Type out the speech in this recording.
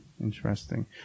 Interesting